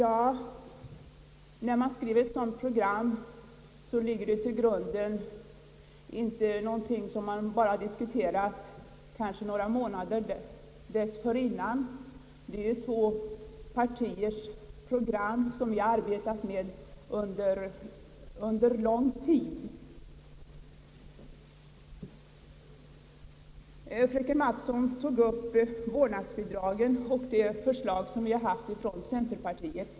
Till grund för ett sådant program ligger inte bara det som man diskuterat några månader dessförinnan. Det är två partiers program som vi arbetat med under lång tid. Fröken Mattson tog upp frågan om vårdnadsbidraget och det förslag som centerpartiet framlagt.